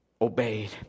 obeyed